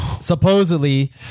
supposedly